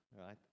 right